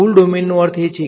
વિદ્યાર્થી સંપૂર્ણ ડોમેન